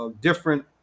different